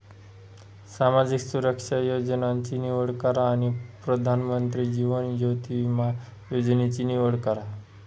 सामाजिक सुरक्षा योजनांची निवड करा आणि प्रधानमंत्री जीवन ज्योति विमा योजनेची निवड करा